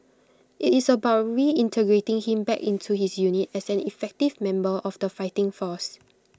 IT is about reintegrating him back into his unit as an effective member of the fighting force